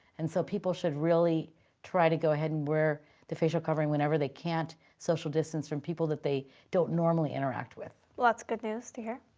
and so people should really try to go ahead and wear the facial covering whenever they can't social distance from people that they don't normally interact with. lots of good news to hear.